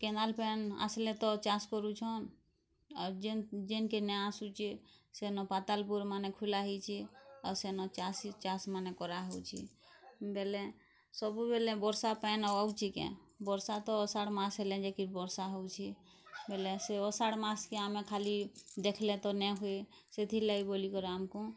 canal ପେନ୍ ଆସିଲେ ତ ଚାଷ୍ କରୁଛନ୍ ଆଉ ଜେନ୍ ଜେନ୍ କେ ନ ଆସୁଚି ସେନ୍ ପାତାଲ୍ ପୁରୁ ମାନ୍ ଖୁଲା ହେଇଚି ଆଉ ସେନ୍ ଚାଷୀ ଚାଷମାନେ କରାହଉଚି ବେଲେ ସବୁ ବେଲେ ବର୍ଷା ପେନ୍ ଅଉଚି କେ ବର୍ଷା ତ ଅଷାଢ଼ ମାସ ହେଲେ ଯାଇକି ବର୍ଷା ହଉଛି ବେଲେ ସେ ଅଷାଢ଼ ମାସକେ ଆମେ ଖାଲି ଦେଖିଲେ ତ ନେ ହୁଏ ସେଥିର୍ ଲାଗି ବୋଲି କରି ଆମକୁ